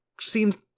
seems